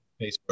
Facebook